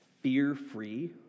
fear-free